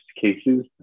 cases